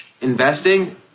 investing